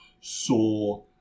saw